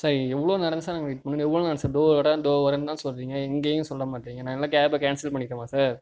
sir எவ்வளோ நேரம் தான் சார் நாங்கள் வெயிட் பண்ணணும் இன்னும் எவ்வளோ நேரம் சார் இதோ வரேன் இதோ வரேன் தான் சொல்லுறிங்க எங்கேனு சொல்ல மாட்றிங்க நான் இல்லைனா கேபை கேன்சல் பண்ணிக்கவா சார்